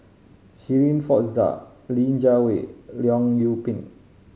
Shirin Fozdar Li Jiawei Leong Yoon Pin